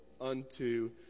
unto